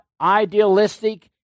idealistic